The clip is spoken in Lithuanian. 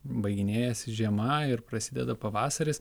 baiginėjasi žiema ir prasideda pavasaris